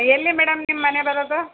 ಎಲ್ಲಿ ಮೇಡಮ್ ನಿಮ್ಮ ಮನೆ ಬರೋದು